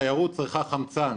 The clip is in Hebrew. תיירות צריכה חמצן.